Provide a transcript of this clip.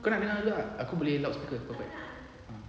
kau nak dengar ke tak aku boleh loudspeaker ah